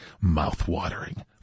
Mouth-watering